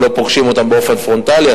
הם לא פוגשים אותם באופן פרונטלי,